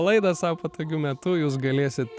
laidą sau patogiu metu jūs galėsit